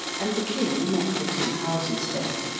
and the king met the two houses there.